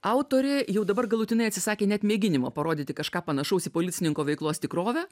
autorė jau dabar galutinai atsisakė net mėginimo parodyti kažką panašaus į policininko veiklos tikrovę